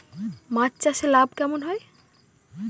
মাছ চাষে লাভ কেমন হয়?